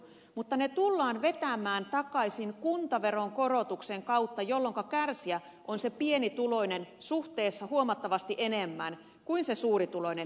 mutta ne tullaan vetämään takaisin kuntaveronkorotuksen kautta jolloinka kärsijä on se pienituloinen suhteessa huomattavasti enemmän kuin se suurituloinen